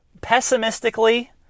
Pessimistically